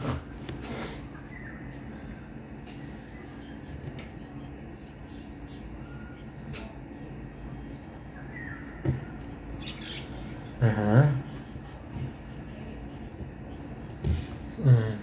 (uh huh) mm